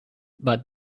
but